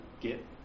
get